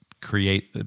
create